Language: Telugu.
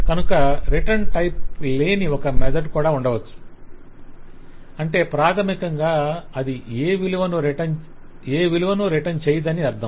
కనుక రిటర్న్ టైప్ లేని ఒక మెథడ్ కూడా ఉండవచ్చు అంటే ప్రాథమికంగా అది ఏ విలువను రిటర్న్ చేయదని అర్ధం